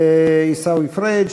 עיסאווי פריג',